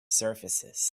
surfaces